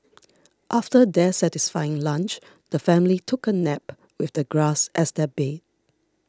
after their satisfying lunch the family took a nap with the grass as their bed